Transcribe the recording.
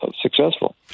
successful